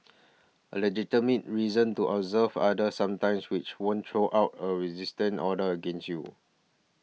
a legitimate reason to observe other sometimes which won't throw out a resistent order against you